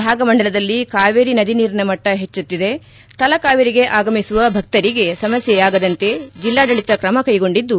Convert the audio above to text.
ಭಾಗಮಂಡಲದಲ್ಲಿ ಕಾವೇರಿ ನದಿ ನೀರಿನ ಮಟ್ಟ ಹೆಚ್ಚುತ್ತಿದೆ ತಲಕಾವೇರಿಗೆ ಆಗಮಿಸುವ ಭಕ್ತರಿಗೆ ಸಮಸ್ಕೆಯಾಗದಂತೆ ಜಿಲ್ಲಾಡಳಿತ ಕ್ರಮ ಕೈಗೊಂಡಿದ್ದು